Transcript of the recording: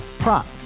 Prop